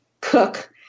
cook